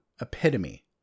epitome